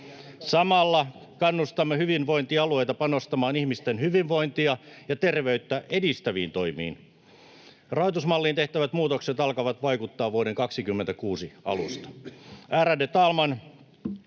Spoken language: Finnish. Samalla kannustamme hyvinvointialueita panostamaan ihmisten hyvinvointia ja terveyttä edistäviin toimiin. Rahoitusmalliin tehtävät muutokset alkavat vaikuttaa vuoden 26 alusta.